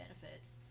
benefits